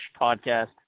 podcast